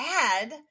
add